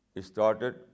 started